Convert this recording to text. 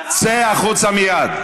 צא החוצה מייד.